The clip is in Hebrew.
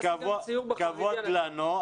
כבוד לנו,